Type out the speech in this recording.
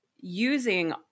using